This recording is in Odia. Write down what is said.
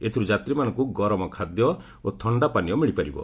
ଏଥିରୁ ଯାତ୍ରୀମାନଙ୍କୁ ଗରମ ଖାଦ୍ୟ ଓ ଥକ୍ଷା ପାନୀୟ ମିଳିପାରିବ